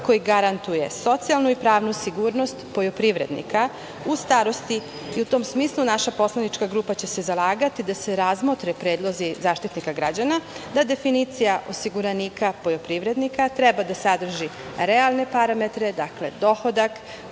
koji garantuje socijalnu i pravnu sigurnost poljoprivrednika u starosti. U tom smislu, naša poslanička grupa će se zalagati da se razmotre predlozi Zaštitnika građana da definicija osiguranika poljoprivrednika treba da sadrži realne parametre, dakle, dohodak,